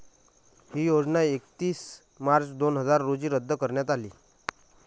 ही योजना एकतीस मार्च दोन हजार रोजी रद्द करण्यात आली